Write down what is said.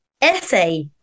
essay